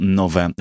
nowe